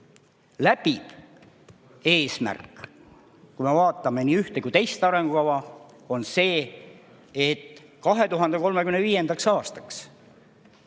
Läbiv eesmärk, kui me vaatame nii ühte kui ka teist arengukava, on see, et 2035. aastaks